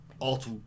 alt